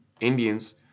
Indians